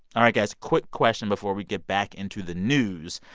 all right, guys, quick question before we get back into the news.